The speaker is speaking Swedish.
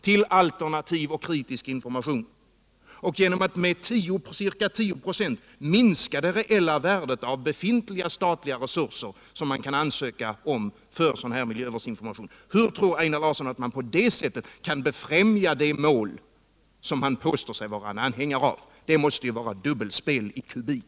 till alternativ och kritisk information, och genom att med ca 1096 minska det reella värdet av befintliga statliga resurser som man kan ansöka om för sådan här miljövårdsinformation, kan befrämja det mål han påstår sig vara en anhängare av? Det måste vara dubbelspel i kubik.